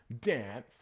dance